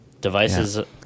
Devices